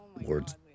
words